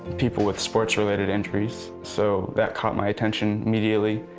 people with sports-related injuries. so that caught my attention immediately.